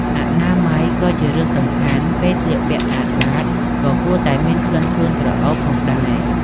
អនាម័យក៏ជារឿងសំខាន់ ពេលស្លៀកពាក់ស្អាតបាត ក៏គួរតែមានក្លិនខ្លួនក្រអូបផងដេរ។